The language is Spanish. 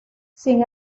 sin